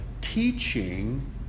teaching